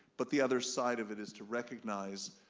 but the other side of it is to recognize